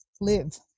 live